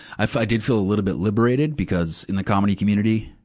i fa, i did feel a little bit liberated, because in the comedy community,